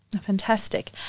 Fantastic